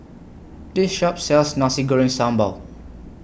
This Shop sells Nasi Sambal Goreng